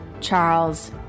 Charles